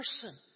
person